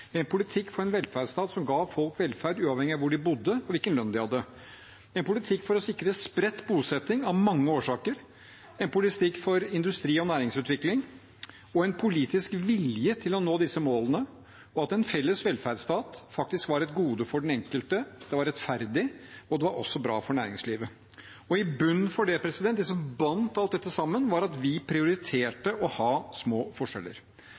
en politikk for en velferdsstat som ga folk velferd uavhengig av hvor de bodde, og hvilken lønn de hadde, en politikk for å sikre spredt bosetting av mange årsaker, en politikk for industri- og næringsutvikling og en politisk vilje til å nå disse målene, og at en felles velferdsstat faktisk var et gode for den enkelte – det var rettferdig og også bra for næringslivet. I bunnen for det, det som bandt alt dette sammen, var at vi prioriterte å ha små forskjeller.